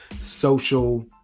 social